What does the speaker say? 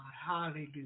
hallelujah